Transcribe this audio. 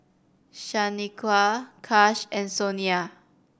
Shanequa Kash and Sonya